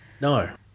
no